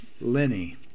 Lenny